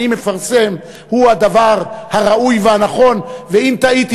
מפרסם הוא הדבר הראוי והנכון ואם טעיתי,